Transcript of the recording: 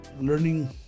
learning